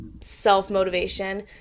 self-motivation